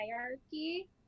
hierarchy